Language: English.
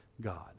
God